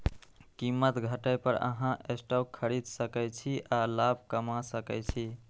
कीमत घटै पर अहां स्टॉक खरीद सकै छी आ लाभ कमा सकै छी